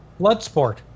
Bloodsport